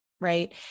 Right